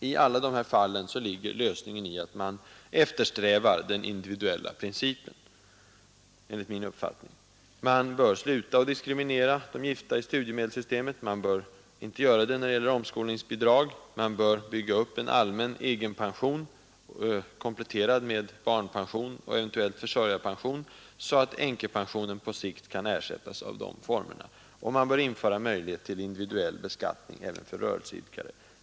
I samtliga dessa fall ligger lösningen enligt min uppfattning i att man eftersträvar en individuell behandling. De gifta bör inte diskrimineras i studiemedelssystemet eller när det gäller omskolningsbidrag. En allmän egenpension bör byggas upp, kompletterad med barnpension och eventuellt försörjarpension så att änkepensionen på sikt kan ersättas av de formerna. Möjlighet till individuell beskattning bör införas även för rörelseidkare.